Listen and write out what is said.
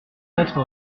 être